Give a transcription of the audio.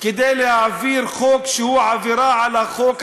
כדי להעביר חוק שהוא עבירה על החוק הבין-לאומי.